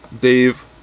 Dave